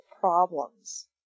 problems